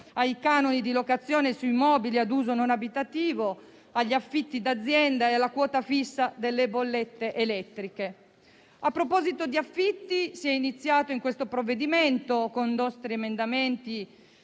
ai canoni di locazione su immobili ad uso non abitativo, agli affitti d'azienda e alla quota fissa delle bollette elettriche. A proposito di affitti, si è iniziato in questo provvedimento, con emendamenti